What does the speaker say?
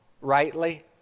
rightly